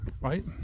Right